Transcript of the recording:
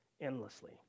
endlessly